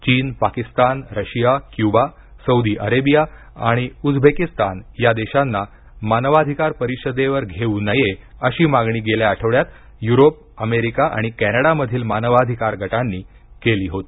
चीन Pakistan Russia Cuba Saudi Arabia आणि Uzbekistan या देशांना मानवाधिकार परिषदेवर घेऊ नये अशी मागणी गेल्या आठवड्यात युरोप अमेरिका आणि कॅनडामधील मानवाधिकार गटांनी केली होती